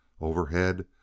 Overhead